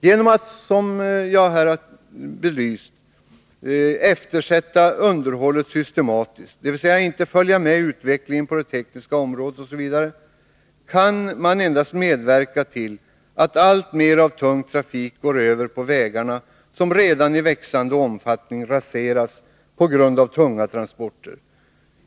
Genom att — som jag här har belyst — eftersätta underhållet systematiskt, dvs. inte följa med utvecklingen på det tekniska området osv., kan man endast medverka till att alltmer av tung trafik går över på vägarna, som redan i växande omfattning raseras på grund av tunga transporter.